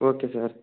okay sir